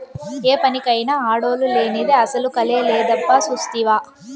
ఏ పనికైనా ఆడోల్లు లేనిదే అసల కళే లేదబ్బా సూస్తివా